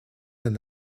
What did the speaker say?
del